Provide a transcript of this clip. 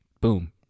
boom